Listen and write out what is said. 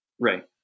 Right